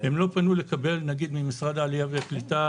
הם לא פנו לקבל נגיד ממשרד העלייה והקליטה